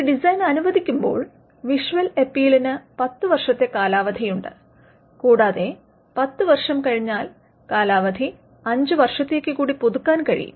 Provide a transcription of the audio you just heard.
ഒരു ഡിസൈൻ അനുവദിക്കുമ്പോൾ വിഷ്വൽ അപ്പീലിന് 10 വർഷത്തെ കാലാവധിയുണ്ട് കൂടാതെ 10 വർഷം കഴിഞ്ഞാൽ കാലാവധി 5 വർഷത്തേക്കുകൂടി പുതുക്കാൻ കഴിയും